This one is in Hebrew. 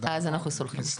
אנחנו סולחים.